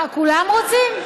כולם רוצים.